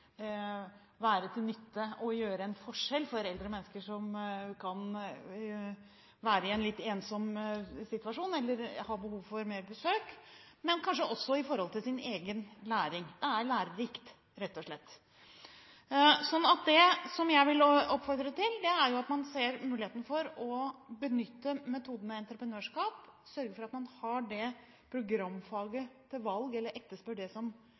en forskjell for eldre mennesker, som kan være i en litt ensom situasjon eller har behov for mer besøk, men kanskje også av hensyn til sin egen læring. Det er lærerikt, rett og slett. Jeg vil oppfordre til at man ser muligheten for å benytte metoden med entreprenørskap, sørge for at man har det programfaget til valg eller etterspør det som